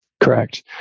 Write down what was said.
Correct